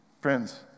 friends